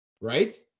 Right